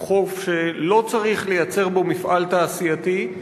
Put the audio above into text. הוא חוף שלא צריך לייצר בו מפעל תעשייתי,